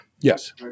Yes